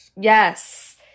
Yes